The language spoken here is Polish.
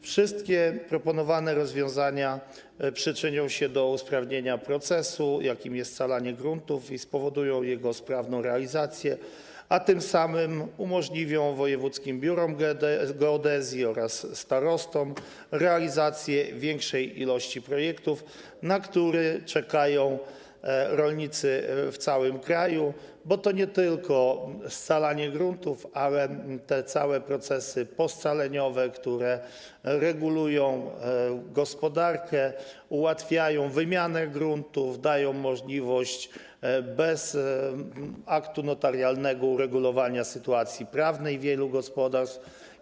Wszystkie proponowane rozwiązania przyczynią się do usprawnienia procesu, jakim jest scalanie gruntów, i spowodują jego sprawną realizację, a tym samym umożliwią wojewódzkim biurom geodezji oraz starostom realizację większej liczby projektów, na które czekają rolnicy w całym kraju, bo to nie tylko scalanie gruntów, ale to też te całe procesy poscaleniowe, które regulują gospodarkę, ułatwiają wymianę gruntów, dają możliwość uregulowania bez aktu notarialnego sytuacji prawnej wielu gospodarstw.